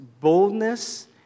boldness